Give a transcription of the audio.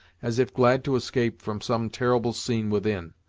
as if glad to escape from some terrible scene within.